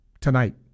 tonight